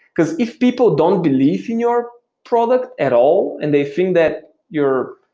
because if people don't believe in your product at all and they think that you're